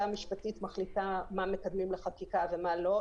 המשפטית מחליטה מה מקדמים לחקיקה ומה לא,